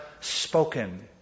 spoken